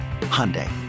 Hyundai